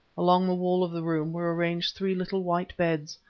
along the wall of the room were arranged three little white beds,